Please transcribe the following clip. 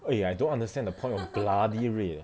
eh I don't understand the point of bloody red eh